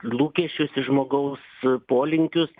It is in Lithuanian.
lūkesčius ir žmogaus polinkius